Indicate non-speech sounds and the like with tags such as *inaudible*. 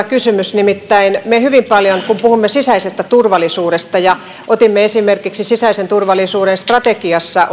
*unintelligible* kysymys nimittäin me hyvin paljon otamme kun puhumme sisäisestä turvallisuudesta ja esimerkiksi sisäisen turvallisuuden strategiassa *unintelligible*